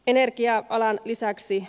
energia alan lisäksi